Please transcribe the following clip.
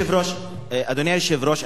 אדוני היושב-ראש,